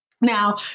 Now